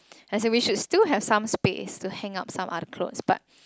as in we should still have some space to hang up some other clothes but